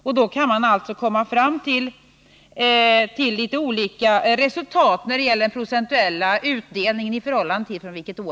Man kan därför komma till litet olika resultat när det gäller den procentuella utdelningen.